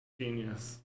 genius